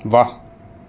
واہ